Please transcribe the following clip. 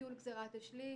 לביטול גזירת השליש,